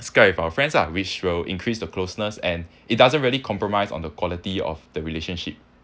skype with our friends lah which will increase the closeness and it doesn't really compromise on the quality of the relationship